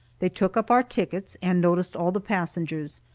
they took up our tickets and noticed all the passengers,